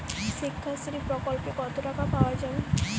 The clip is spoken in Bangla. শিক্ষাশ্রী প্রকল্পে কতো টাকা পাওয়া যাবে?